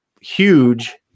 huge